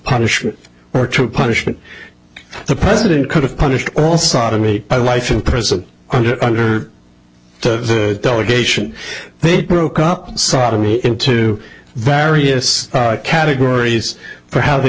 punishment or to punishment the president could have punished all sodomy by life in prison under under the delegation they broke up sodomy into various categories for how they